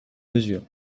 mesure